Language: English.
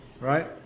right